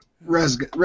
Res